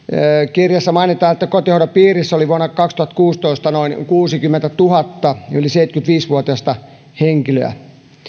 kirjassa mainitaan että kotihoidon piirissä oli vuonna kaksituhattakuusitoista noin kuusikymmentätuhatta yli seitsemänkymmentäviisi vuotiasta henkilöä